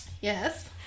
Yes